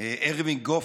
אירווינג גופמן,